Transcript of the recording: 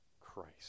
Christ